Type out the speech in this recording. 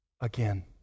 again